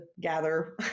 gather